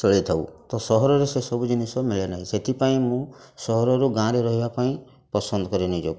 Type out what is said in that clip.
ଚଳିଥାଉ ତ ସହରରେ ସେସବୁ ଜିନିଷ ମିଳେନାହିଁ ସେଥିପାଇଁ ମୁଁ ସହରରୁ ଗାଁରେ ରହିବା ପାଇଁ ପସନ୍ଦ କରେ ନିଜକୁ